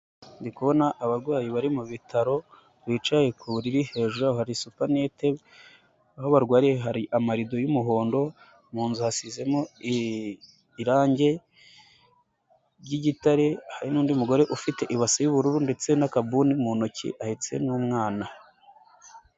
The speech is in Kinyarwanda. Ndi kubona abarwayi bari mu bitaro bicaye ku buriri, hejuru yabo hari supanete, aho barwariye hari amarido y'umuhondo, mu nzu hasizemo irange ry'igitare, hari n'undi mugore ufite ibasi y'ubururu ndetse n'akabuni mu ntoki, ahetse n'umwana.